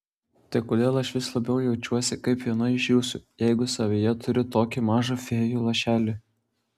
tai kodėl aš vis labiau jaučiuosi kaip viena iš jūsų jeigu savyje turiu tokį mažą fėjų lašelį